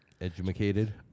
educated